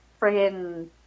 friggin